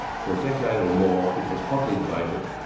for a decade or more, it was hotly debated,